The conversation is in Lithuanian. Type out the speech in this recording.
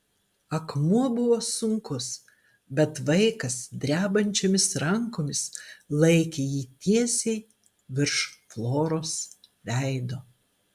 akmuo buvo sunkus bet vaikas drebančiomis rankomis laikė jį tiesiai virš floros veido